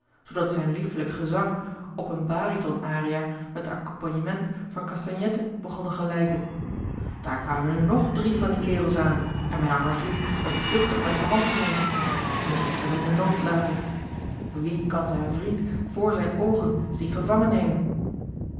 zoodat zijn liefelijk gezang op eene bariton aria met accompagnement van castagnetten begon te gelijken daar kwamen nu nog drie van die kerels aan en mijn arme vriend werd duchtig met ze handgemeen mogt ik hem in den nood laten wie kan zijn vriend voor zijne oogen zien gevangen nemen